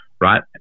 right